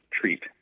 treat